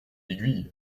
aiguille